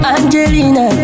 Angelina